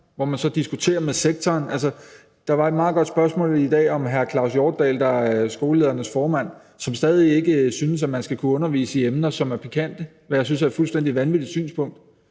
sektoren og diskutere det med sektoren. Der var i dag et meget godt spørgsmål om Claus Hjortdal, der er formand for Skolelederforeningen, som stadig ikke synes, at man skal undervise i emner, der er pikante, hvilket jeg synes er et fuldstændig vanvittigt synspunkt.